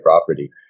property